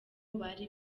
bari